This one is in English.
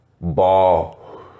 Ball